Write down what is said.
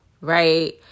right